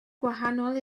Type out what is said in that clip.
gwahanol